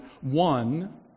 One